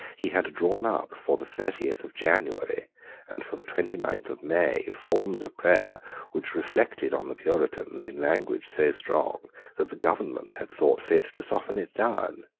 he had drawn up for the thirtieth of january and for the twenty-ninth of may forms of prayer which reflected on the puritans in language so strong that the government had thought fit to soften it down.